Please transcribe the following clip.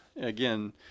again